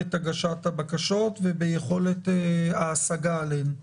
ביכולת הגשת הבקשות וביכולת ההשגה עליהן?